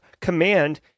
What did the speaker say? command